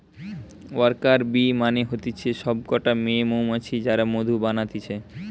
worker bee মানে হতিছে সব কটা মেয়ে মৌমাছি যারা মধু বানাতিছে